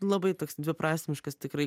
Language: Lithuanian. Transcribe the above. labai toks dviprasmiškas tikrai